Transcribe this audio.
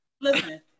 Listen